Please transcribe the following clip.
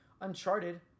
Uncharted